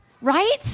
Right